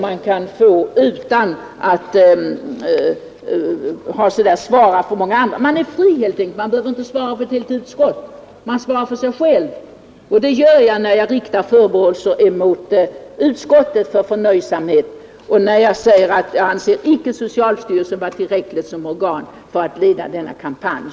Man är fri helt enkelt. Man behöver inte svara för ett helt utskott. Man svarar för sig själv. Och det gör jag när jag riktar förebråelser mot utskottets förnöjsamhet och när jag säger att jag anser icke att socialstyrelsen är tillräcklig som organ för att leda denna kampanj.